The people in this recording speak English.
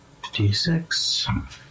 D6